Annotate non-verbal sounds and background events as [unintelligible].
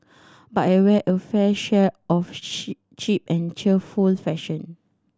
but I wear a fair share of [unintelligible] cheap and cheerful fashion